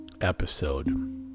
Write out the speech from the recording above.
episode